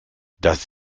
dass